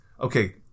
Okay